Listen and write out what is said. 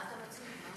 מה אתם מציעים?